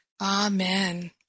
Amen